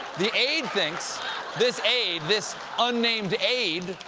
the aide thinks this aide this unnamed aide,